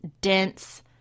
dense